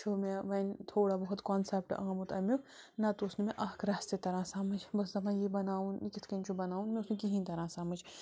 چھُ مےٚ وَنہِ تھوڑا بُہت کانسیٚپٹ آمُت اَمیُک نَتہٕ اوس نہٕ مےٚ اَکھ رَژھ تہِ تران سمجھ بہٕ أسٕس دَپان یہِ بَناوُن یہِ کِتھ کٔنۍ چھُ بَناوُن مےٚ اوس نہٕ کِہینۍ تَران سمجھ